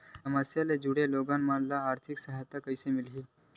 समस्या ले जुड़े लोगन मन ल आर्थिक सहायता कइसे मिलही?